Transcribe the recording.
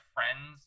Friends